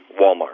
Walmart